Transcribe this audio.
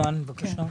בבקשה,